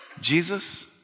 Jesus